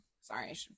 sorry